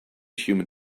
human